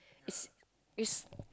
is is